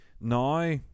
Now